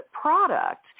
product